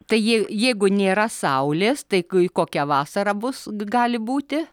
tai jei jeigu nėra saulės tai kokia vasara bus gali būti